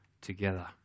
together